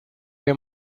que